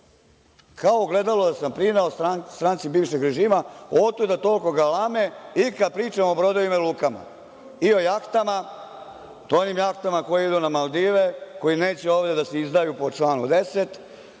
kao ogledalo sam prineo stranci bivšeg režima, otuda toliko galame i kad pričamo o brodovima i lukama i o jahtama, i to onim jahtama koje idu na Maldive, koje neće ovde da se izdaju po članu 10, to